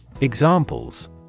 Examples